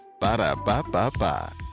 Ba-da-ba-ba-ba